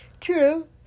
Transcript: true